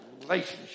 relationship